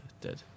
dead